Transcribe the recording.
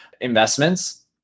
investments